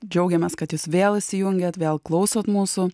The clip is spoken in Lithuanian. džiaugiamės kad jūs vėl įsijungiat vėl klausot mūsų